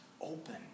open